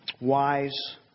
wise